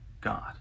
God